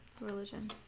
religion